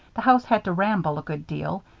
the house had to ramble a good deal,